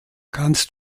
kannst